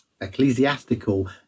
ecclesiastical